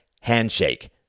handshake